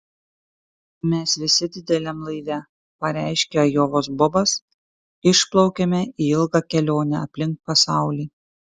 mes visi dideliam laive pareiškė ajovos bobas išplaukiame į ilgą kelionę aplink pasaulį